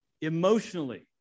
Emotionally